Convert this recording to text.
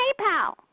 PayPal